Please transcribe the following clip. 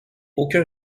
aucun